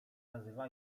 nazywa